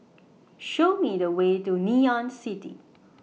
Show Me The Way to Ngee Ann City